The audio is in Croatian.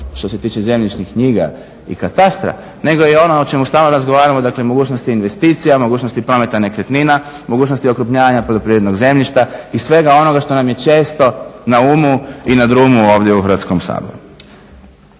što se tiče zemljišnih knjiga i katastra, nego i ono o čemu stalno razgovaramo dakle mogućnosti investicija, mogućnosti prometa nekretnina, mogućnosti okrupnjavanja poljoprivrednog zemljišta i svega onoga što nam je često na umu i na drumu ovdje u Hrvatskom saboru.